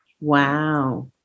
Wow